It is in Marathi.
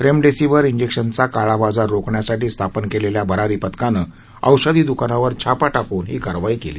रेमडेसीवीर इंजेक्शनचा काळाबाजार रोखण्यासाठी स्थापन केलेल्या भरारी पथकानं औषधी द्कानावर छापा ाकून ही कारवाई केली